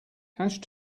hash